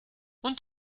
und